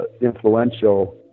influential